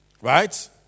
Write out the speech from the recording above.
right